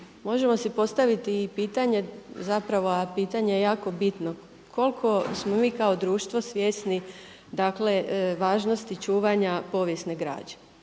Možemo si postaviti i pitanje zapravo a pitanje je jako bitno, koliko smo mi kao društvo svjesni dakle važnosti čuvanja povijesne građe?